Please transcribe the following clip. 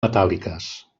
metàl·liques